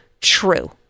true